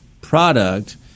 product